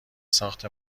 ساخت